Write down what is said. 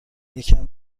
یکم